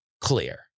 clear